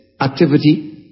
activity